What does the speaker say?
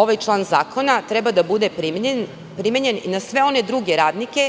ovaj član zakona treba da bude primenjen i na sve one druge radnike